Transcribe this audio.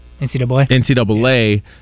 NCAA